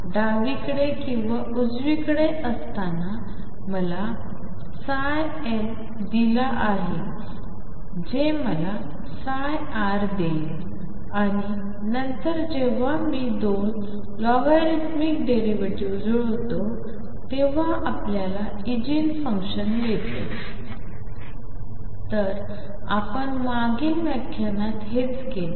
डावीकडे किंवा उजवीकडे असताना मला L दिला हे मला R देईल आणि नंतर जेव्हा मी दोन लॉगरिदमिक डेरिव्हेटिव्ह्ज जुळवतो तेव्हा आपल्याला ऐजन फुन्कशन मिळते तर आपण मागील व्याख्यानात हेच केले